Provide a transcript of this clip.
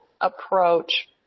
approach